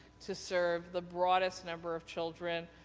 to serve the broadest number of children,